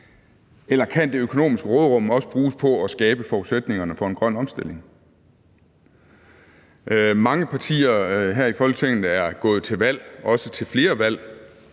eller kan det økonomiske råderum også bruges på at skabe forudsætningerne for en grøn omstilling? Mange partier her i Folketinget er gået til valg, også til flere valg,